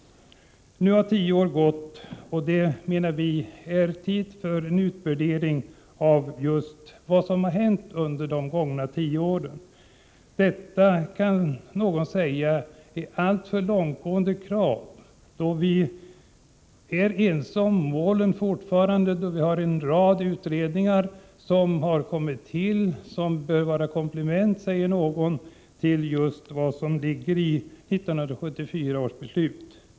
Nu har tio år gått, och det är enligt vår mening tid för en utvärdering. Detta, kan någon säga, är ett alltför långtgående krav, eftersom vi är ense om målen och eftersom en rad utredningar har kommit till för att utarbeta det som kan bli ett komplement till kulturpolitiken enligt 1974 års beslut.